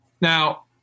Now